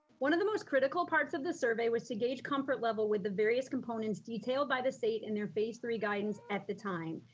one of the most critical parts of the survey was to gauge comfort level with the various components detailed by the state, in their phase three guidance at the time.